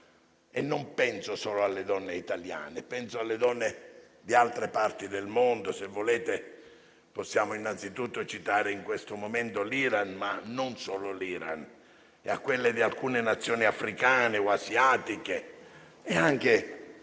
E non penso solo alle donne italiane: penso alle donne di altre parti del mondo. Possiamo innanzitutto citare, in questo momento, l'Iran, ma non solo. Pensiamo alle donne di alcune Nazioni africane, asiatiche e anche alle